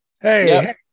Hey